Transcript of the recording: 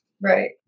right